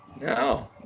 No